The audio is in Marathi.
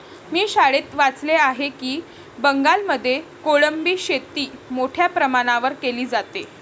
मी शाळेत वाचले आहे की बंगालमध्ये कोळंबी शेती मोठ्या प्रमाणावर केली जाते